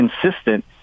consistent